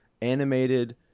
animated